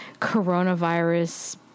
coronavirus